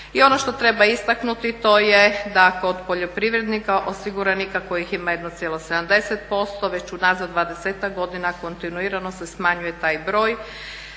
I ono što treba istaknuti to je da kod poljoprivrednika osiguranika kojih ima 1,70% već unazad 20-tak godina kontinuirano se smanjuje taj broj